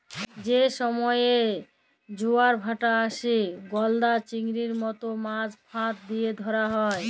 যে সময়ে জবার ভাঁটা আসে, গলদা চিংড়ির মত মাছ ফাঁদ দিয়া ধ্যরা হ্যয়